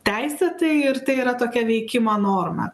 teisėtai ir tai yra tokia veikimo norma